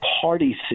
party